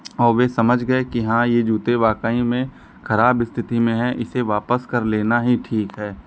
और् वे समझ गए कि हाँ ये जूते वाकई में खराब स्थिति में हैं इसे वापस कर लेना ही ठीक है